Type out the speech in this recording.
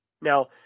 Now